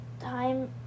time